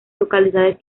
localidades